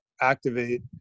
activate